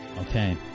Okay